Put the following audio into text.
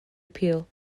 appeal